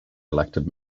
elected